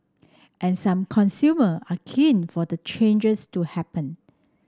and some consumer are keen for the changes to happen